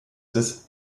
des